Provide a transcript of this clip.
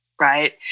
Right